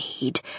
need